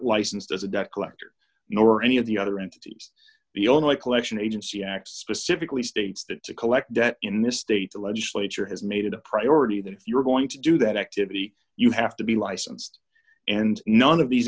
licensed as a debt collector nor any of the other entities the only collection agency act specifically states that to collect debt in this state the legislature has made it a priority that if you are going to do that activity you have to be licensed and none of these